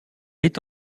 est